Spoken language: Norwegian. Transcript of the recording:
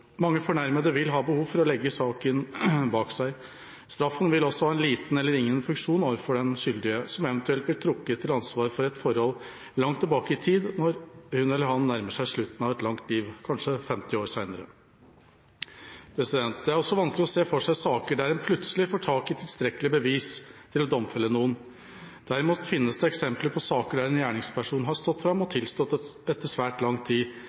Mange fornærmede vil ha behov for å legge saken bak seg. Straffen vil også ha liten eller ingen funksjon overfor den skyldige som eventuelt blir trukket til ansvar for et forhold langt tilbake i tid når hun eller han nærmer seg slutten av et langt liv – kanskje 50 år senere. Det er også vanskelig å se for seg saker der en plutselig får tak i tilstrekkelig bevis til å domfelle noen. Derimot finnes det eksempler på saker der en gjerningsperson har stått fram og tilstått etter svært lang tid,